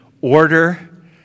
order